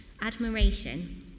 admiration